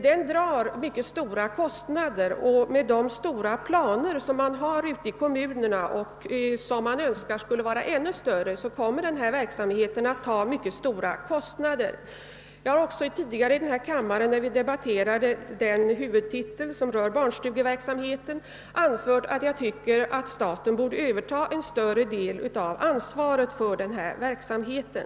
Den drar mycket stora kostnader, men man önskar att den skulle vara mer omfattande, och enligt de stora planer som nu finns i kommunerna kommer verksamheten att dra ännu större kostnader i framtiden. Jag har också när vi här i kammaren debatterade den huvudtitel som upptar anslagen till barnstugeverksamhet anfört, att staten borde överta en större del av ansvaret för denna verksamhet.